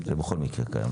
בכל מקרה קיים?